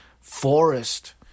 forest